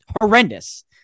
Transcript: horrendous